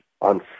on